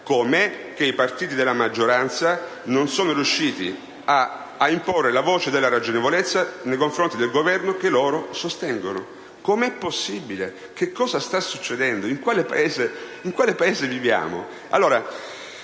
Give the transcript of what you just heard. i partiti della maggioranza non sono riusciti ad imporre la voce della ragionevolezza nei confronti del Governo che loro sostengono. Come è possibile? Cosa sta succedendo? In quale Paese viviamo?